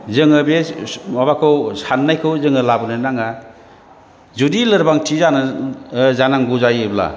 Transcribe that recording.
जोङो बे माबाखौ साननायखौ जोङो लाबोनो नाङा जुदि लोरबांथि जानो जानांगौ जायोब्ला